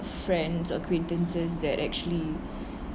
friends acquaintances that actually